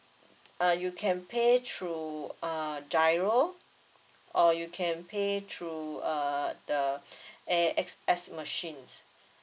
uh you can pay through uh giro or you can pay through uh the A_X_S machines